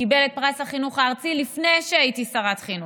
קיבל את פרס החינוך הארצי לפני שהייתי שרת חינוך.